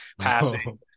passing